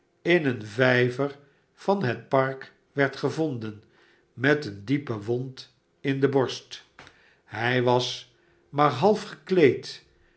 in een vijver van het park werd gevonden met eene diepe wond in de borst hij was maar half gekleed